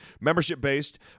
membership-based